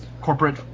corporate